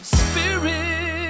spirit